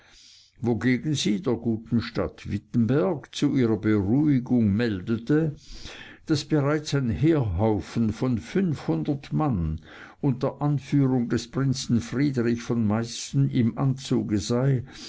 wogegen sie der guten stadt wittenberg zu ihrer beruhigung meldete daß bereits ein heerhaufen von fünfhundert mann unter anführung des prinzen friedrich von meißen im anzuge sei